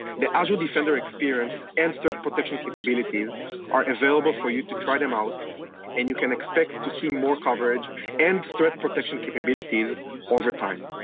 the azure defender experience and threat protection capabilities are available for you to try them out and you can expect to see more coverage and threat protection capabilities over time.